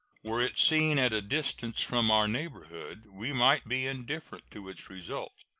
were its scene at a distance from our neighborhood, we might be indifferent to its result,